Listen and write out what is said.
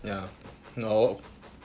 ya no